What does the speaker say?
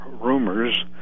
rumors